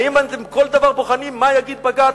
האם אתם בוחנים כל דבר מה יגיד בג"ץ?